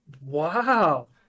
Wow